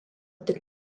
tik